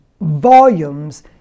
volumes